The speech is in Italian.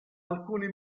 alcuni